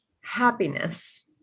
happiness